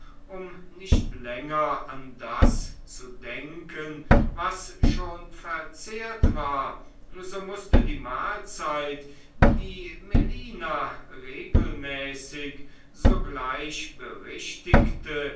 um nicht länger an das zu denken was schon verzehrt war so mußte die mahlzeit die melina regelmäßig sogleich